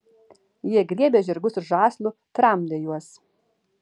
jie griebė žirgus už žąslų tramdė juos